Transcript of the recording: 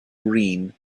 green